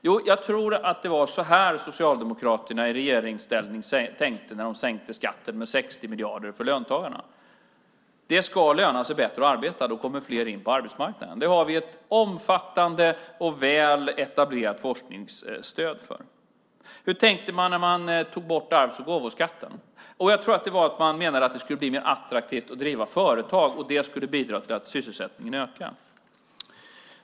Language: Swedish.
Jo, jag tror att det var så här Socialdemokraterna i regeringsställning tänkte när de sänkte skatten med 60 miljarder för löntagarna: Det ska löna sig bättre att arbeta - då kommer fler in på arbetsmarknaden. Det har vi ett omfattande och väl etablerat forskningsstöd för. Hur tänkte man när man tog bort arvs och gåvoskatten? Jo, jag tror att man menade att det skulle bli mer attraktivt att driva företag och att det skulle bidra till att sysselsättningen ökar.